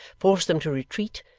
forced them to retreat,